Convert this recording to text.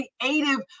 creative